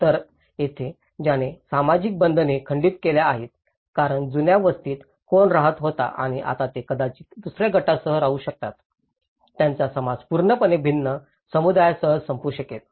तर येथे ज्याने सामाजिक बंधने खंडित केल्या आहेत कारण जुन्या वस्तीत कोण राहत होता आणि आता ते कदाचित दुसर्या गटासह राहू शकतात त्यांचा समाज पूर्णपणे भिन्न समुदायासह संपू शकेल